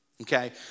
Okay